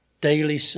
daily